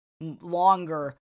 longer